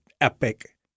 epic